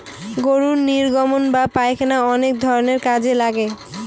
গরুর নির্গমন বা পায়খানা অনেক ধরনের কাজে লাগে